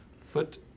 foot